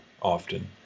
often